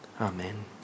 Amen